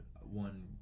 one